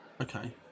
Okay